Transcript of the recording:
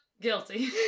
guilty